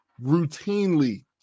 routinely